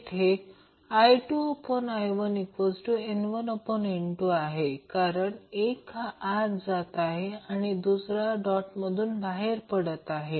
येथे I2I1N1N2 आहे कारण 1 हा आत जात आहे आणि दुसरा डॉटमधून बाहेर पडत आहे